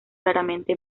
raramente